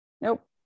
nope